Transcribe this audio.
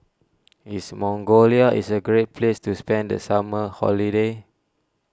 is Mongolia is a great place to spend the summer holiday